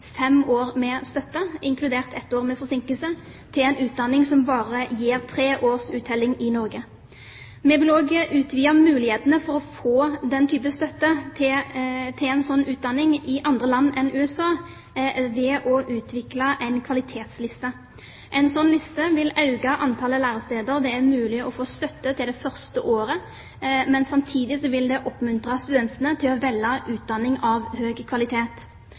fem år med støtte, inkludert ett år med forsinkelse, til en utdanning som bare gir tre års uttelling i Norge. Vi vil også utvide mulighetene for å få den type støtte til en slik utdanning i andre land enn USA ved å utvikle en kvalitetsliste. En slik liste vil øke antallet læresteder det er mulig å få støtte til det første året, men samtidig vil det oppmuntre studentene til å velge utdanning av høy kvalitet.